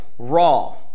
Raw